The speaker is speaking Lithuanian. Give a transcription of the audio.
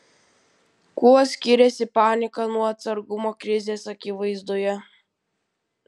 kuo skiriasi panika nuo atsargumo krizės akivaizdoje